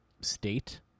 state